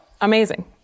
Amazing